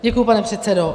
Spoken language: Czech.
Děkuji, pane předsedo.